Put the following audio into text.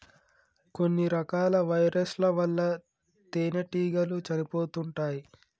కొన్ని రకాల వైరస్ ల వల్ల తేనెటీగలు చనిపోతుంటాయ్